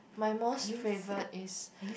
my most favourite is